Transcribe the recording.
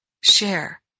share